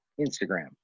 Instagram